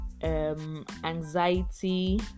Anxiety